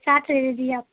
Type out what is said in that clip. سات لے لیجیے آپ